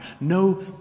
no